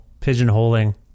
pigeonholing